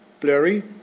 blurry